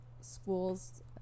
schools